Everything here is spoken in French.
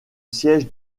siège